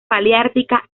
paleártica